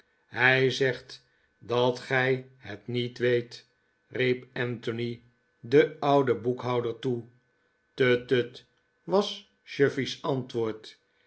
hij zegt dat gij het niet weet riep anthony den ouden boekhouder toe tut tut was chuffey's antwoord